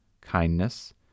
kindness